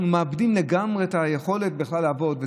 אנחנו היום אנחנו מאבדים לגמרי את היכולת בכלל לעבוד,